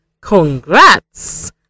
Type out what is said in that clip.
Congrats